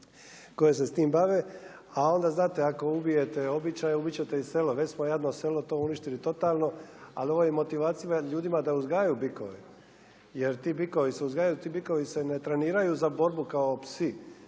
koje se s tim bave. A onda znate, ako ubijete običaje, ubit ćete i selo. Već smo jadno selo to uništili totalno, ali ova je motivacija ljudima da uzgajaju bikove. Jer ti bikovi se uzgajaju, ti bikovi se ne treniraju za borbu kao psi,